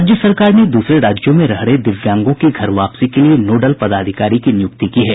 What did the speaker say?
राज्य सरकार ने दूसरे राज्यों में रह रहे दिव्यांगों की घर वापसी के लिये नोडल पदाधिकारी की नियुक्ति की है